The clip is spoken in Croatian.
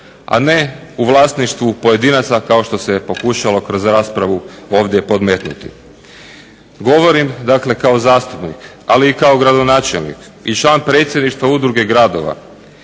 a ne u vlasništvu pojedinaca kao što se pokušalo kroz raspravu ovdje podmetnuti. Govorim dakle kao zastupnik, ali i kao gradonačelnik i član predsjedništva udruge gradova